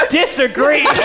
disagree